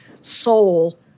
soul